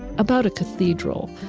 about a cathedral?